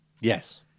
Yes